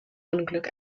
unglück